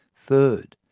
third,